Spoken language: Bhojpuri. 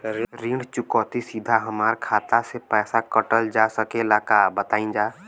ऋण चुकौती सीधा हमार खाता से पैसा कटल जा सकेला का बताई जा?